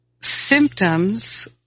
symptoms